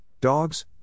dogs